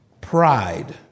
pride